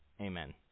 amen